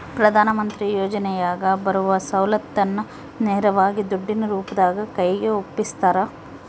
ಪ್ರಧಾನ ಮಂತ್ರಿ ಯೋಜನೆಯಾಗ ಬರುವ ಸೌಲತ್ತನ್ನ ನೇರವಾಗಿ ದುಡ್ಡಿನ ರೂಪದಾಗ ಕೈಗೆ ಒಪ್ಪಿಸ್ತಾರ?